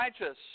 righteous